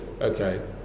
okay